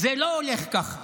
זה לא הולך כך.